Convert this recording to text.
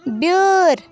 بیٲر